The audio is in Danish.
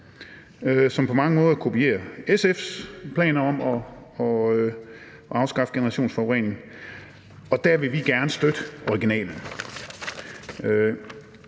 som på mange måder kopierer SF's planer om at afskaffe generationsforureningerne, og der vil vi gerne støtte originalen